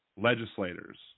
legislators